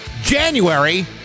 january